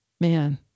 man